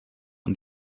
und